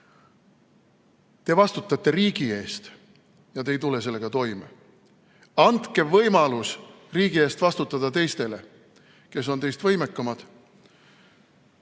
te vastutate riigi eest ja te ei tule sellega toime. Andke võimalus riigi eest vastutada teistele, kes on teist võimekamad,